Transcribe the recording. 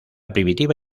primitiva